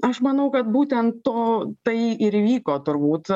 aš manau kad būtent to tai ir įvyko turbūt